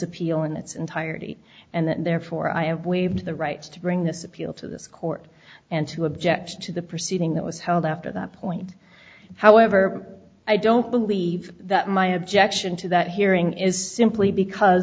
appeal in its entirety and therefore i have waived the right to bring this appeal to this court and to object to the proceeding that was held after that point however i don't believe that my objection to that hearing is simply because